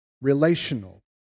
relational